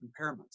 impairments